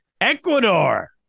Ecuador